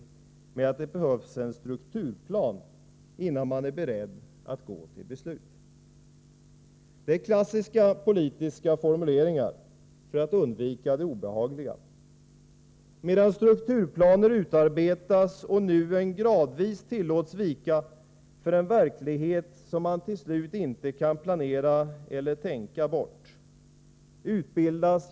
Centerns motivering är att det behövs en strukturplan innan partiet är berett att fatta beslut. Detta är klassiska politiska formuleringar för att undvika det obehagliga. Medan strukturplaner utarbetas bortser man från verkligheten, som man till slut inte kan planera bort eller tänka bort.